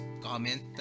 comment